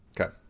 okay